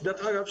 שזה דרך אגב,